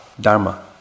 dharma